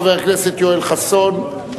חבר הכנסת יואל חסון.